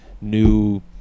new